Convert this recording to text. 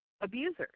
abusers